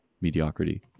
mediocrity